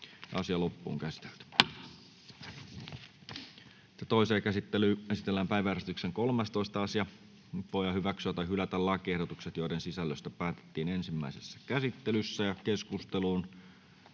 N/A Content: Toiseen käsittelyyn esitellään päiväjärjestyksen 10. asia. Nyt voidaan hyväksyä tai hylätä lakiehdotukset, joiden sisällöstä päätettiin ensimmäisessä käsittelyssä. 1. lakiehdotus